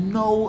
no